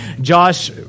Josh